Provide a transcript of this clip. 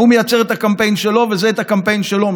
ההוא מייצר את הקמפיין שלו וזה את הקמפיין שלו.